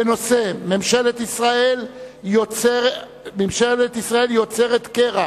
בנושא: ממשלת ישראל יוצרת קרע